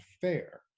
fair